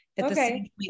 Okay